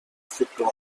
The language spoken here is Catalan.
futbol